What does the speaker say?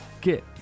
Get